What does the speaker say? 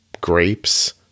Grapes